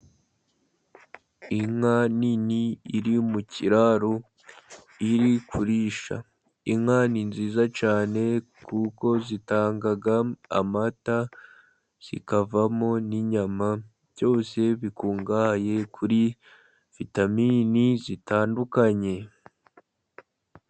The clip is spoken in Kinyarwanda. Inka nini iri mu kiraro iri kurisha, inka ni nziza cyane, kuko zitanga amata, zikavamo n'inyama, byose bikungahaye kuri vitamini zitandukanye.